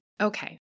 Okay